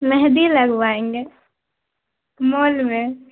مہدی لگوائیں گے مال میں